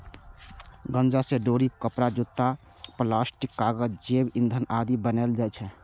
गांजा सं डोरी, कपड़ा, जूता, बायोप्लास्टिक, कागज, जैव ईंधन आदि बनाएल जाइ छै